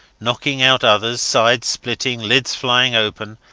knocking out others, sides splitting, lids flying open,